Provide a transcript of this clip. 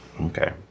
Okay